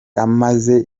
amaze